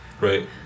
right